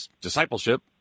discipleship